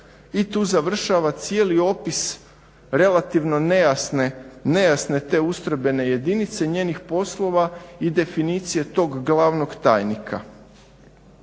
i tu završava cijeli opis relativno nejasne te ustrojbene jedinice, njenih poslova i definicije tog glavnog tajnika.